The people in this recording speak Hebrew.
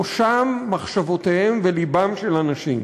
ראשם, מחשבותיהם ולבם של אנשים.